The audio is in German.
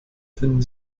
finden